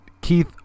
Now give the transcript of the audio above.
Keith